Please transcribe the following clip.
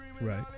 Right